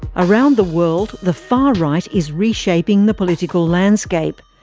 around the world, the far right is reshaping the political landscape.